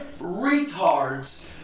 retards